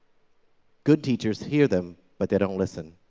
good teachers hear them, but they don't listen.